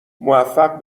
موفق